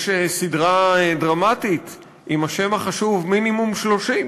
יש סדרה דרמטית עם השם החשוב "מינימום 30",